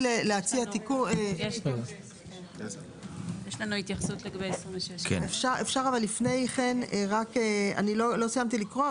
יש לנו התייחסות לגבי 26א. אני לא סיימתי לקרוא,